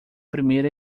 primeira